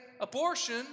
abortion